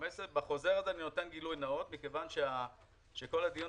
בחוזר הזה אני נותן גילוי נאות מכיוון שכל הדיון